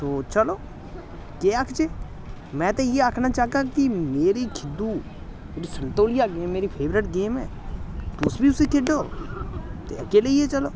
तो चलो केह् आखचै में ते इ'यै आखना चाह्गा कि मेरी खिद्दू संतोलिया गेम मेरी फेवरट गेम ऐ तुस बी उस्सी खेढो ते अग्गें लेइयै चलो